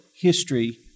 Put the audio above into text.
history